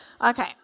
Okay